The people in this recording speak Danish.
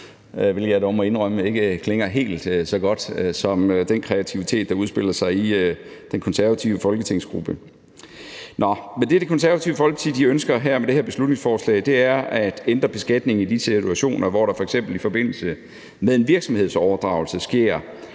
hvilket jeg dog må indrømme ikke klinger helt så godt som den kreativitet, der udspiller sig i den konservative folketingsgruppe. Nå, men det, Det Konservative Folkeparti ønsker med det her beslutningsforslag, er at ændre beskatningen i de situationer, hvor der f.eks. i forbindelse med en virksomhedsoverdragelse sker